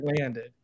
landed